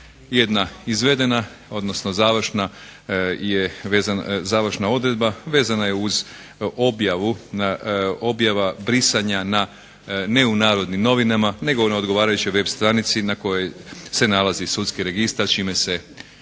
Jedna izvedena odnosno završna odredba vezana je uz objavu brisanja ne u "Narodnim novinama" nego na odgovarajućoj web stranici na kojoj se nalazi sudski registar, čime se